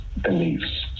beliefs